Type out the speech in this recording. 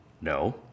No